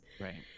Right